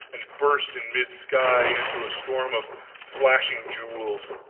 and burst in mid-sky into a storm of flashing jewels!